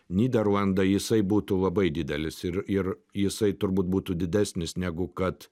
nyderlandai jisai būtų labai didelis ir ir jisai turbūt būtų didesnis negu kad